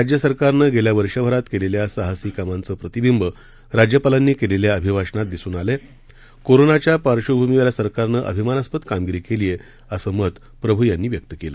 राज्य सरकारनं गेल्या वर्षभरात केलेल्या साहसी कामांचं प्रतिबिंब राज्यपालांनी केलेल्या अभिभाषणात दिसून आलंय कोरोनाच्या पार्श्वभूमीवर या सरकारनं अभिमानास्पद कामगिरी केलीय असं मत प्रभू यांनी व्यक्त केलं